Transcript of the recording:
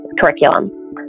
curriculum